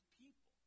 people